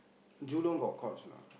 Jurong got Courts or not